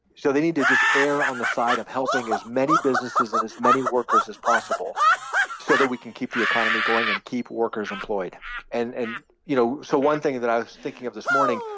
so they need to just err on the side of helping as many businesses and as many workers as possible so that we can keep the economy going and keep workers employed and and, you know, so one thing that i was thinking of this morning.